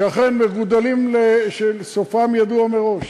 שאכן סופם ידוע מראש,